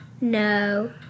No